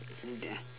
only that ah